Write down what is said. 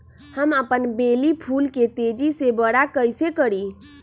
हम अपन बेली फुल के तेज़ी से बरा कईसे करी?